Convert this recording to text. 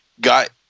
got